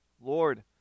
Lord